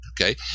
okay